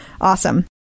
Awesome